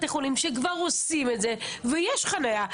עובדה שיש בתי חולים שכבר עושים את זה, ויש חניה.